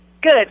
Good